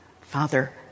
Father